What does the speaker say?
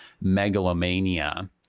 megalomania